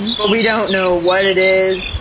but we don't know what it is,